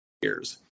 years